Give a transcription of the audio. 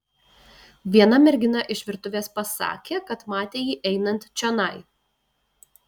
viena mergina iš virtuvės pasakė kad matė jį einant čionai